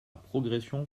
progression